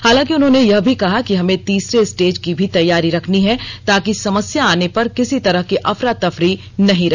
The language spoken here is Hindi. हालांकि उन्होंने यह भी कहा कि हमें तीसरे स्टेज की भी तैयारी रखनी है ताकि समस्या आने पर किसी तरह की अफरा तफरी नहीं रहे